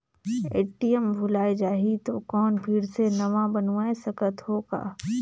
ATM भुलाये जाही तो कौन फिर से नवा बनवाय सकत हो का?